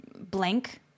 blank